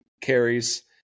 carries